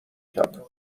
کردم